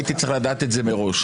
הייתי צריך לדעת את זה מראש.